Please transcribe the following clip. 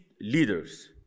leaders